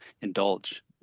indulge